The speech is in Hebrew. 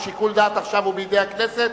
שיקול הדעת עכשיו הוא בידי הכנסת.